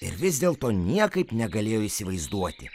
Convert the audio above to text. ir vis dėlto niekaip negalėjo įsivaizduoti